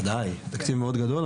ודאי, תקציב מאוד גדול.